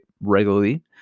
regularly